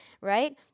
right